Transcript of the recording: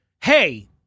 Hey